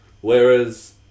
Whereas